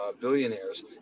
billionaires